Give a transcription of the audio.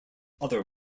other